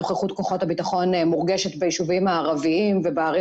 נוכחות כוחות הביטחון מורגשת ביישובים הערבים ובערים